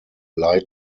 lie